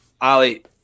Ali